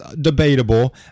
debatable